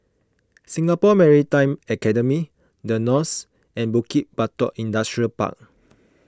Singapore Maritime Academy the Knolls and Bukit Batok Industrial Park